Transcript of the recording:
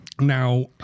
Now